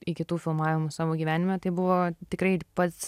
iki tų filmavimų savo gyvenime tai buvo tikrai pats